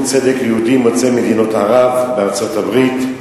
"צדק ליהודים יוצאי מדינות ערב" בארצות-הברית.